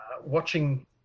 Watching